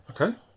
okay